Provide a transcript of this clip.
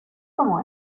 como